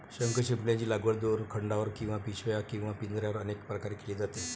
शंखशिंपल्यांची लागवड दोरखंडावर किंवा पिशव्यांवर किंवा पिंजऱ्यांवर अनेक प्रकारे केली जाते